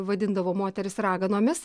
vadindavo moteris raganomis